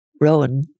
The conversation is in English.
Rowan